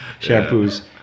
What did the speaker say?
shampoos